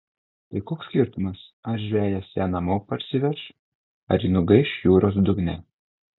tai koks skirtumas ar žvejas ją namo parsiveš ar ji nugaiš jūros dugne